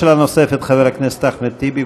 שאלה נוספת לחבר הכנסת אחמד טיבי.